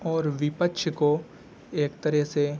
اور وپکچھ کو ایک طرح سے